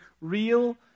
real